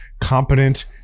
competent